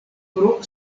pro